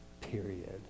period